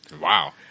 Wow